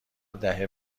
دهه